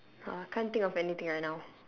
!wah! I can't think of anything right now